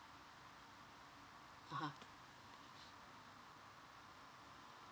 a'ah